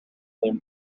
them